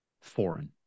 foreign